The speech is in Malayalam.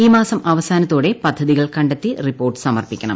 ഈ മാസം അവസാനത്തോടെ പദ്ധതികൾ കണ്ടെത്തി റിപ്പോർട്ട് സമർപ്പിക്കണം